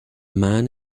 man